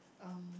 um